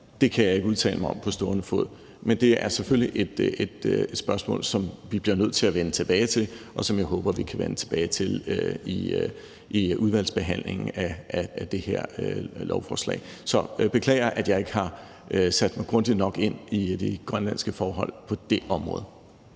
kan jeg ikke udtale mig om på stående fod. Men det er selvfølgelig et spørgsmål, som vi bliver nødt til at vende tilbage til, og som jeg håber vi kan vende tilbage til i udvalgsbehandlingen af det her lovforslag. Så jeg beklager, at jeg ikke har sat mig grundigt nok ind i de grønlandske forhold på det område.